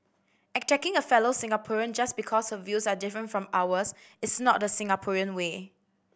attacking a fellow Singaporean just because her views are different from ours is not the Singaporean way